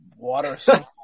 Water